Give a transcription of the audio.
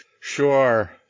Sure